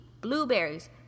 blueberries